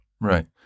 Right